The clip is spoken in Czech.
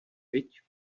viď